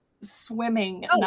swimming